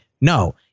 No